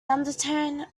undertone